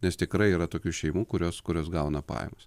nes tikrai yra tokių šeimų kurios kurios gauna pajamas